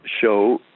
show